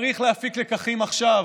צריך להפיק לקחים עכשיו,